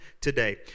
today